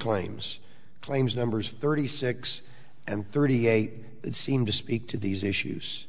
claims claims numbers thirty six and thirty eight that seem to speak to these issues